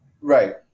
right